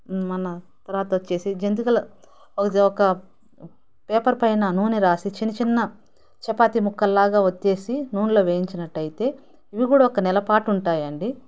మన తర్వాత వచ్చేసి జంతికలు అది ఒక పేపర్ పైన నూనె రాసి చిన్న చిన్న చపాతీ ముక్కలాగా ఒత్తేసి నూనెలో వేయించినట్లయితే ఇవి కూడా ఒక నెల పాటు ఉంటాయి అండి